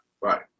right